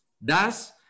Thus